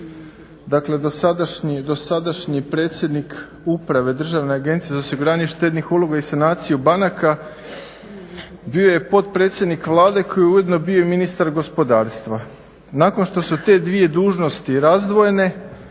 Dakle, dosadašnji predsjednik uprave Državne agencije za osiguranje štednih uloga i sanaciju banaka bio je potpredsjednik Vlade koji je ujedno bio i ministar gospodarstva. Nakon što su te dvije dužnosti razdvojene,